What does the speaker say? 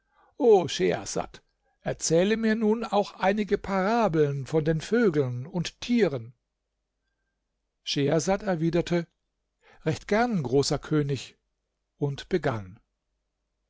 schehersad erzähle mir nun auch einige parabeln von den vögeln und tieren schehersad erwiderte recht gern großer könig und begann